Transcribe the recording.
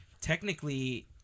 Technically